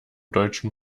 deutschen